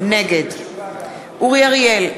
נגד אורי אריאל,